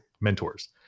mentors